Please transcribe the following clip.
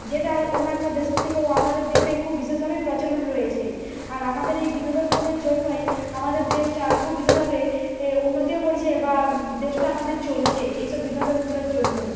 যেটা অন্যান্য দেশের থেকেও আমাদের দেশে খুব বিশেষভাবেই প্রচলন রয়েছে আর আমাদের এই বিনোদনগুলোর জন্যই আমাদের দেশটা খুব বিশেষভাবে এ উন্নতিও করছে বা দেশটা আমাদের চলছে এই সব বিনোদনগুলোর জন্যই